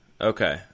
Okay